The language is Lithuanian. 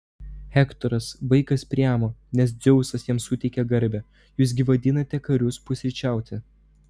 hektoras vaikas priamo nes dzeusas jam suteikė garbę jūs gi vadinate karius pusryčiauti